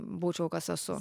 būčiau kas esu